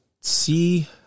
see